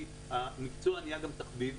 כי המקצוע נהיה גם תחביב.